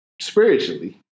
spiritually